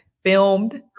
filmed